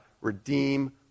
redeem